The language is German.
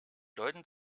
leuten